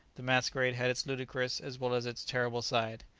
the masquerade had its ludicrous as well as its terrible side.